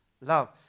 love